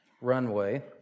runway